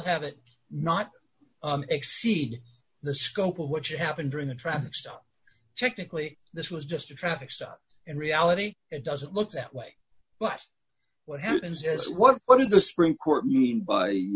have it not exceed the scope of what happened during a traffic stop technically this was just a traffic stop in reality it doesn't look that way but what happens is what is the supreme court mean by